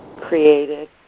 created